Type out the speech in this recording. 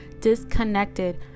disconnected